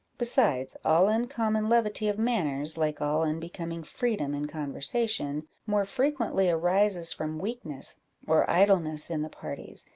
besides, all uncommon levity of manners, like all unbecoming freedom in conversation, more frequently arises from weakness or idleness in the parties,